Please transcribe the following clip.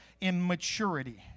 immaturity